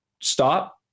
stop